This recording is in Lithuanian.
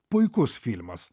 puikus filmas